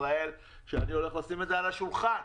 ישראל ואני הולך לשים את זה על השולחן.